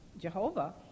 Jehovah